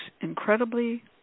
incredibly